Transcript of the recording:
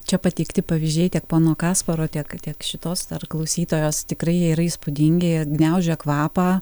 čia pateikti pavyzdžiai tiek pono kasparo tiek tiek šitos ar klausytojos tikrai jie yra įspūdingi gniaužia kvapą